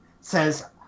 says